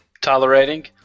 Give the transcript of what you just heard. Tolerating